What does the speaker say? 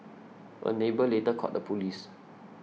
a neighbour later called the police